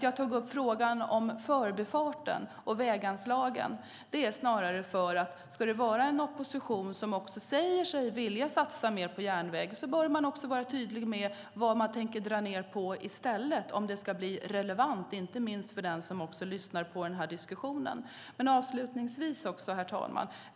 Jag tog upp frågan om Förbifarten och väganslagen därför att oppositionen, som säger sig vilja satsa mer på järnväg, också bör vara tydlig med vad man tänker dra ned på i stället om det ska vara relevant inte minst för den som lyssnar på denna diskussion.